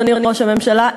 אדוני ראש הממשלה,